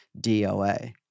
DOA